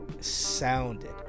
sounded